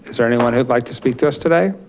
is there anyone who would like to speak to us today?